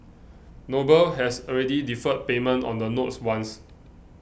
noble has already deferred payment on the notes once